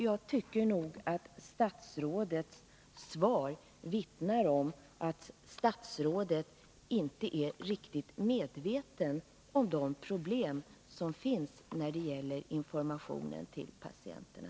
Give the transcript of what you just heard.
Jag tycker nog att statsrådets svar vittnar om att statsrådet inte är riktigt medveten om de problem som finns när det gäller informationen till patienterna.